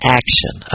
action